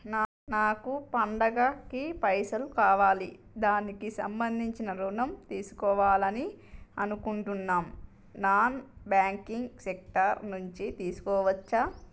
నాకు పండగ కి పైసలు కావాలి దానికి సంబంధించి ఋణం తీసుకోవాలని అనుకుంటున్నం నాన్ బ్యాంకింగ్ సెక్టార్ నుంచి తీసుకోవచ్చా?